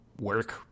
work